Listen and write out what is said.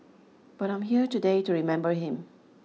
but I'm here today to remember him